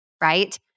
right